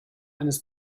eines